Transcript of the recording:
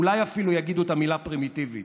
אולי אפילו יגידו את המילה "פרימיטיבית".